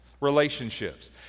Relationships